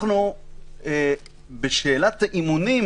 גם אם אנחנו עוד לא יודעים